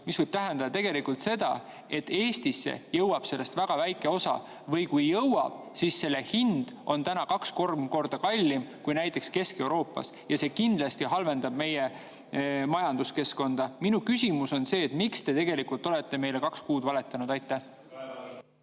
mis võib tähendada seda, et Eestisse jõuab sellest väga väike osa. Või kui jõuab, siis selle hind on täna kaks-kolm korda kallim kui näiteks Kesk-Euroopas. See kindlasti halvendab meie majanduskeskkonda. Minu küsimus on see, et miks te tegelikult olete meile kaks kuud valetanud. Kaja